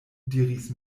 diris